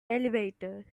elevators